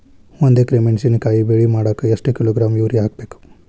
ಒಂದ್ ಎಕರೆ ಮೆಣಸಿನಕಾಯಿ ಬೆಳಿ ಮಾಡಾಕ ಎಷ್ಟ ಕಿಲೋಗ್ರಾಂ ಯೂರಿಯಾ ಹಾಕ್ಬೇಕು?